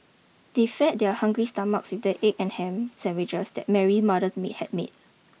they fed their hungry stomachs with the egg and ham sandwiches that Mary mothers may had made